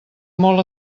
molt